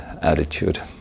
attitude